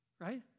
right